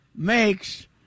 Makes